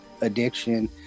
addiction